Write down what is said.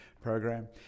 program